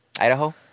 Idaho